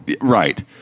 right